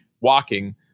walking